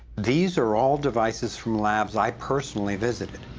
these are all devices from labs i personally visited.